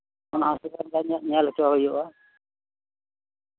ᱚᱱᱟ ᱦᱚᱥᱯᱤᱴᱟᱞ ᱨᱮᱜᱮ ᱢᱤᱫᱫᱷᱟᱣ ᱧᱮᱞ ᱦᱚᱪᱚᱜ ᱦᱩᱭᱩᱜᱼᱟ